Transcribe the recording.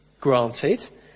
granted